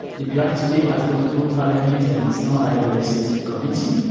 the draft bill has gone through parliament and it's now at the legislative committee,